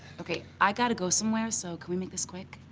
okay, i've got to go somewhere, so can we make this quick?